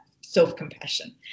self-compassion